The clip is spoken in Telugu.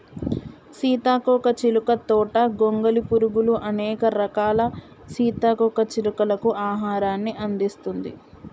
సీతాకోక చిలుక తోట గొంగలి పురుగులు, అనేక రకాల సీతాకోక చిలుకలకు ఆహారాన్ని అందిస్తుంది